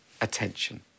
attention